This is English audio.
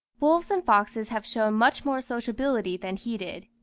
wolves and foxes have shown much more sociability than he did.